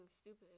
stupid